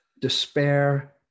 despair